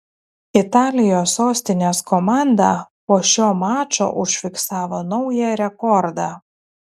italijos sostinės komanda po šio mačo užfiksavo naują rekordą